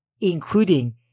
including